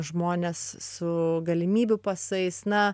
žmonės su galimybių pasais na